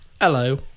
hello